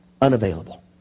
unavailable